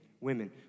women